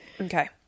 Okay